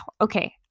Okay